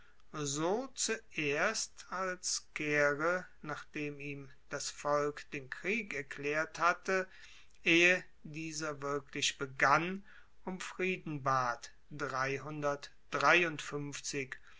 so zuerst als caere nachdem ihm das volk den krieg erklaert hatte ehe dieser wirklich begann um frieden bat